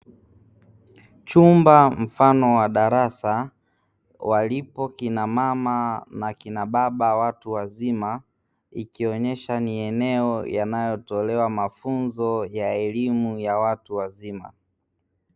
Chumba kikubwa mfano wa darasa walipo akina mama pamoja na akina baba watu wazima, ikionesha ni eneo yanayotolewa mafunzo ya elimu ya watu wazima.